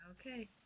Okay